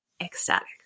ecstatic